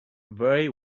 very